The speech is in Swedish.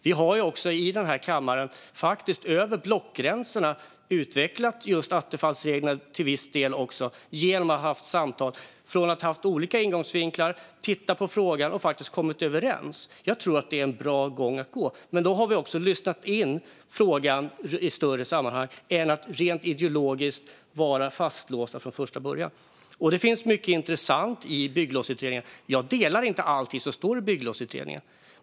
Vi har i denna kammare också över blockgränserna utvecklat just attefallsreglerna till viss del genom att vi har haft samtal. Vi har haft olika ingångsvinklar, tittat på frågan och faktiskt kommit överens. Jag tror att det är en bra gång. Men då har vi också lyssnat in frågan i större sammanhang än att rent ideologiskt vara fastlåsta från första början. Det finns mycket intressant i bygglovsutredningen. Jag delar inte allt som står i den.